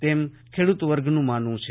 તેમ ખેદૃત્વર્ગનું માનવું છે